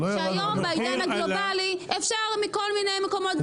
שהיום בעידן הגלובלי אפשר מכל מיני מקומות גם להביא.